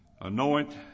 anoint